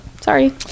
sorry